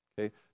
okay